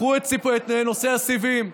קחו את נושא הסיבים.